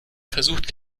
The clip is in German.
versucht